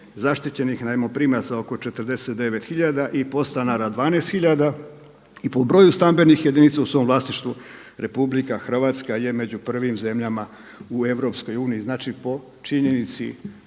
zaštićenih najmoprimaca oko 49 tisuća i podstanara 12 tisuća i po broju stambenih jedinica u svom vlasništvu RH je među prvim zemljama u EU, znači po činjenici privatnog